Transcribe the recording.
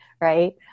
Right